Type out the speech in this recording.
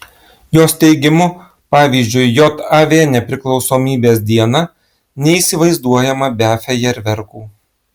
jos teigimu pavyzdžiui jav nepriklausomybės diena neįsivaizduojama be fejerverkų